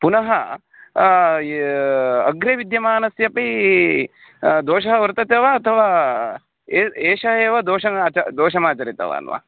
पुनः अग्रे विद्यमानस्यापि दोषः वर्तते वा अथवा ए एषः एव दोषं दोषमाचरितवान् वा